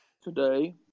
Today